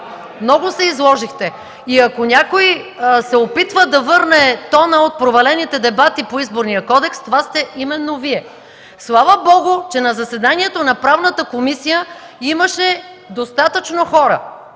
Много се изложихте. Ако някой се опитва да върне тона от провалените дебати по Изборния кодекс, това сте именно Вие. Слава Богу, че на заседанието на Правната комисия имаше достатъчно хора.